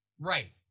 right